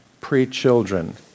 pre-children